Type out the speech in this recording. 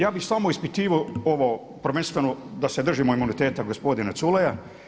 Ja bi samo ispitivao ovo prvenstveno da se držimo imuniteta gospodina Culeja.